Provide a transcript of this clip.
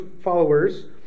followers